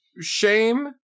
shame